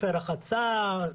חופי רחצה,